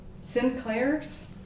Sinclairs